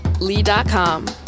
Lee.com